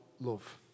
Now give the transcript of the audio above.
love